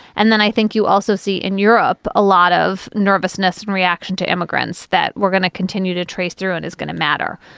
and then i think you also see in europe a lot of nervousness and reaction to immigrants that we're gonna continue to trace their own is going to matter.